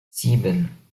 sieben